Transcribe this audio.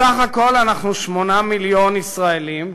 בסך הכול אנחנו 8 מיליון ישראלים,